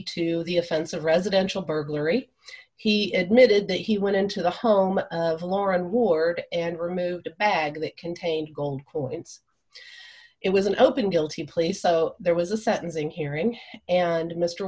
to the offense of residential burglary he admitted that he went into the home of florida ward and removed a bag that contained gold coins it was an open guilty play so there was a sentencing hearing and mr